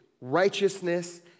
righteousness